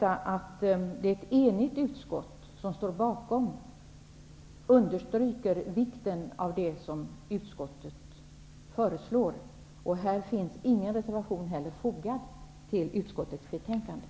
Att det är ett enigt utskott understryker vikten av förslagen. Ingen reservation finns fogad till betänkandet.